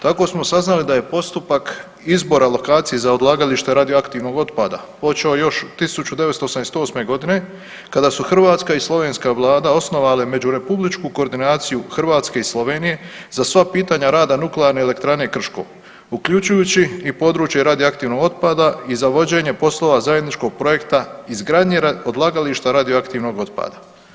Tako smo saznali da je postupak izbora lokacije za odlagalište radioaktivnog otpada počeo još 1988. godine kada su hrvatska i slovenska Vlada osnovale međurepubličku koordinaciju Hrvatske i Slovenije za sva pitanja rada nuklearne elektrane Krško uključujući i područje radioaktivnog otpada i za vođenje poslova zajedničkog projekta izgradnje odlagališta radioaktivnog otpada.